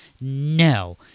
no